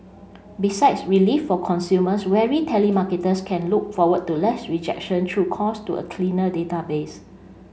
besides relief for consumers weary telemarketers can look forward to less rejection through calls to a cleaner database